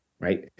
right